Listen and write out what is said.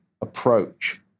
approach